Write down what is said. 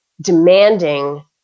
demanding